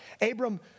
Abram